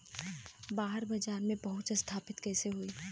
बाहर बाजार में पहुंच स्थापित कैसे होई?